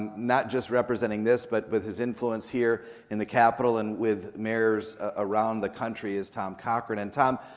not just representing this, but with his influence here in the capitol and with mayors around the country is tom cochran, and tom,